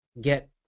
get